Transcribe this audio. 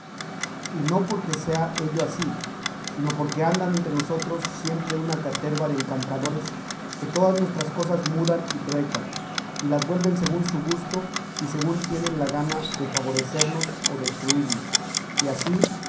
y no porque sea ello ansí sino porque andan entre nosotros siempre una caterva de encantadores que todas nuestras cosas mudan y truecan y les vuelven según su gusto y según tienen la gana de favorecernos o destruirnos y así